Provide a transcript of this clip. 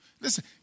Listen